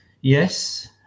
Yes